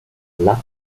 luck